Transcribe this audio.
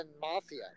mafia